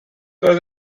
was